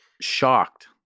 shocked